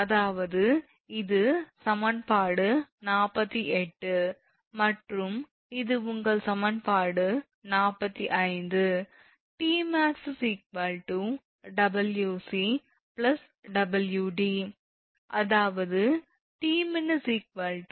அதாவது இது சமன்பாடு 48 மற்றும் இது உங்கள் சமன்பாடு 45 𝑇𝑚𝑎𝑥 𝑊𝑐𝑊𝑑 அதாவது 𝑇𝑚𝑖𝑛 𝑊𝑐